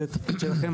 זה התפקיד שלכם,